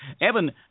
Evan